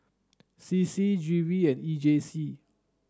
C C G V and E J C